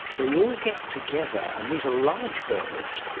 where you all get together, and these are large birds,